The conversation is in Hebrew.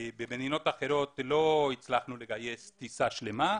במדינות אחרות לא הצלחנו לגייס טיסה שלמה,